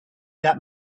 that